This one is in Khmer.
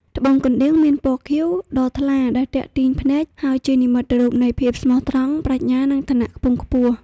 ត្បូងកណ្ដៀងមានពណ៌ខៀវដ៏ថ្លាដែលទាក់ទាញភ្នែក ហើយជានិមិត្តរូបនៃភាពស្មោះត្រង់ ប្រាជ្ញា និងឋានៈខ្ពង់ខ្ពស់។